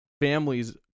families